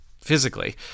physically